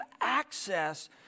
access